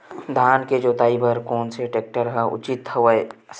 धान के जोताई बर कोन से टेक्टर ह उचित हवय?